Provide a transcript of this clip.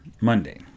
Monday